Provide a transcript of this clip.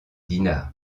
dinard